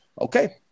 okay